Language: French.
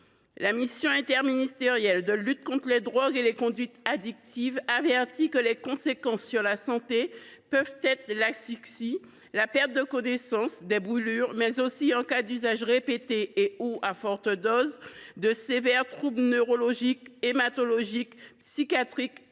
La mission interministérielle de lutte contre les drogues et les conduites addictives avertit que les conséquences sur la santé peuvent être l’asphyxie, la perte de connaissance, des brûlures, mais aussi, en cas d’usage répété et/ou à forte dose, de sévères troubles neurologiques, hématologiques, psychiatriques